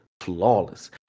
flawless